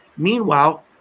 Meanwhile